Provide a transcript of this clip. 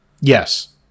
Yes